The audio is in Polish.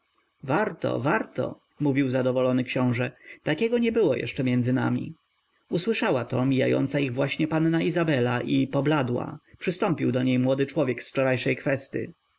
warto warto mówił zadowolony książe takiego nie było jeszcze między nami usłyszała to mijająca ich właśnie panna izabela i pobladła przystąpił do niej młody człowiek z wczorajszej kwesty